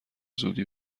زودی